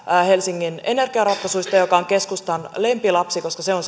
helsingin energiaratkaisusta joka on keskustan lempilapsi koska tuntuu että se on